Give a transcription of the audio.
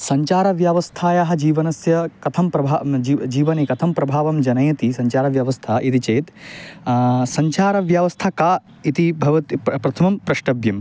सञ्चारव्यवस्थायाः जीवनस्य कथं प्रभावः जी जीवने कथं प्रभावं जनयति सञ्चारव्यवस्था इति चेत् सञ्चारव्यास्था का इति भवति प प्रथमं प्रष्टव्यं